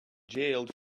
jailed